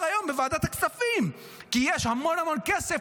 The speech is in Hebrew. היום בוועדת הכספים כי יש המון המון כסף,